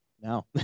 no